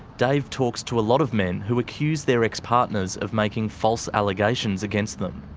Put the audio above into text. dave talks to a lot of men who accuse their ex-partners of making false allegations against them.